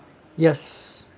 yes